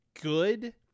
good